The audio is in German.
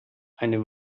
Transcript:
eine